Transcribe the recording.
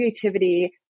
creativity